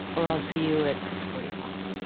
or, i'll see you at six forty five.